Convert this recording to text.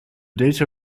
data